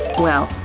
well,